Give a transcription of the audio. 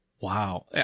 Wow